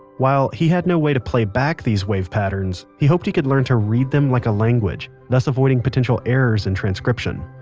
while he had no way to playback these wave patterns, he hoped he could learn to read them like a language, thus avoiding potential errors in transcription